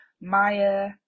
Maya